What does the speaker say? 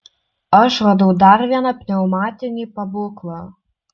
aš radau dar vieną pneumatinį pabūklą